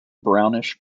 brownish